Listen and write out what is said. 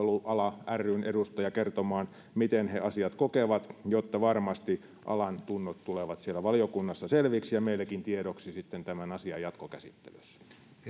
ravintolapalvelut mara ryn edustaja kertomaan miten he asiat kokevat jotta varmasti alan tunnot tulevat siellä valiokunnassa selviksi ja meillekin tiedoksi tämän asian jatkokäsittelyssä